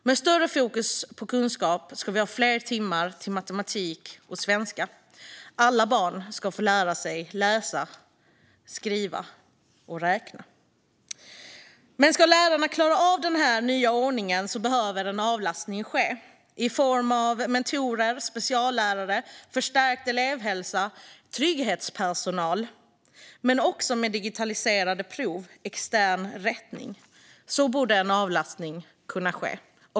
Med större fokus på kunskap ska vi ha fler timmar till matematik och svenska. Alla barn ska få lära sig att läsa, skriva och räkna. Om lärarna ska klara av denna nya ordning behövs det dock avlastning i form av mentorer, speciallärare, förstärkt elevhälsa, trygghetspersonal, digitaliserade prov och extern rättning. Så borde en avlastning kunna ske.